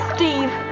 Steve